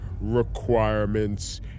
requirements